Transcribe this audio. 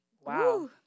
wow